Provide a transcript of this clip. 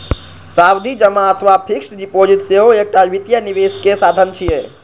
सावधि जमा अथवा फिक्स्ड डिपोजिट सेहो एकटा वित्तीय निवेशक साधन छियै